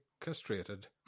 castrated